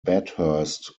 bathurst